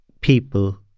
people